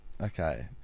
okay